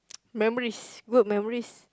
memories good memories